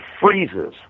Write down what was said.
freezes